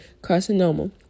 carcinoma